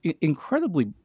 incredibly